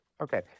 Okay